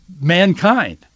mankind